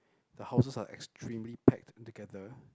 the houses are extremely packed together